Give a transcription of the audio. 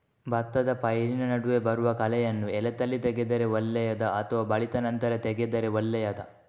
ಭತ್ತದ ಪೈರಿನ ನಡುವೆ ಬರುವ ಕಳೆಯನ್ನು ಎಳತ್ತಲ್ಲಿ ತೆಗೆದರೆ ಒಳ್ಳೆಯದಾ ಅಥವಾ ಬಲಿತ ನಂತರ ತೆಗೆದರೆ ಒಳ್ಳೆಯದಾ?